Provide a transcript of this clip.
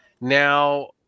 Now